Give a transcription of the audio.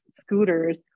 scooters